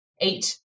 eight